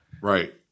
Right